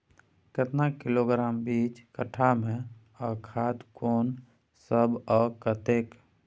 केतना किलोग्राम बीज कट्ठा मे आ खाद कोन सब आ कतेक?